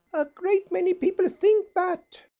a great many people think that,